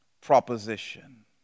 proposition